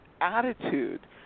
attitude